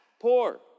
poor